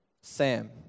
Sam